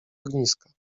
ogniska